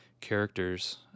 characters